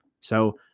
So-